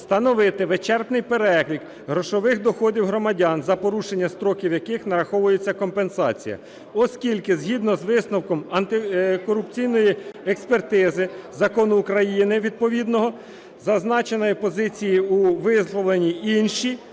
встановити вичерпний перелік грошових доходів громадян, за порушення строків яких нараховується компенсація, оскільки згідно з висновком антикорупційної експертизи закону України відповідного зазначеної позиції у висловленій іншій